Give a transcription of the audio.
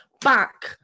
back